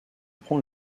prend